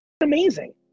amazing